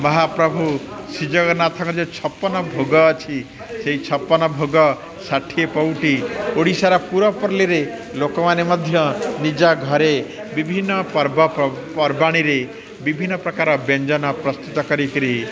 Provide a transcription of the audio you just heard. ମହାପ୍ରଭୁ ଶ୍ରୀଜଗନ୍ନାଥଙ୍କ ଯେଉଁ ଛପନ ଭୋଗ ଅଛି ସେଇ ଛପନ ଭୋଗ ଷାଠିଏ ପଉଟି ଓଡ଼ିଶାର ପୂରପଲ୍ଲୀରେ ଲୋକମାନେ ମଧ୍ୟ ନିଜ ଘରେ ବିଭିନ୍ନ ପର୍ବ ପର୍ବାଣୀରେ ବିଭିନ୍ନ ପ୍ରକାର ବ୍ୟଞ୍ଜନ ପ୍ରସ୍ତୁତ କରିକିରି